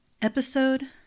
Episode